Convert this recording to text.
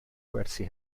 gwersi